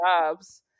jobs